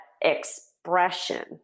expression